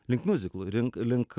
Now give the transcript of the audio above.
link miuziklų link link